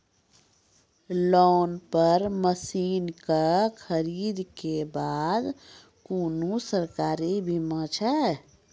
Loan पर मसीनऽक खरीद के बाद कुनू सरकारी बीमा छै?